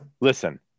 listen